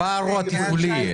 לא, הפער הוא תפעולי.